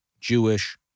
Jewish